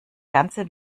ganze